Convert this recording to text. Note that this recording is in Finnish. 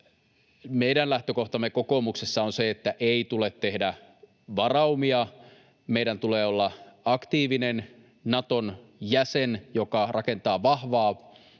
meidän lähtökohtamme kokoomuksessa on se, että ei tule tehdä varaumia. Meidän tulee olla aktiivinen Naton jäsen, joka rakentaa Natolle